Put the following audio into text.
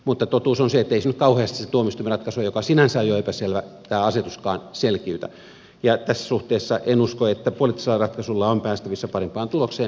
mutta totuus on se että ei se nyt kauheasti sitä tuomioistuimen ratkaisua joka sinänsä on jo epäselvä tämä asetuskaan selkiytä ja tässä suhteessa en usko että poliittisella ratkaisulla on päästävissä parempaan tulokseen